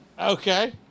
Okay